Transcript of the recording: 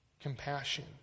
compassion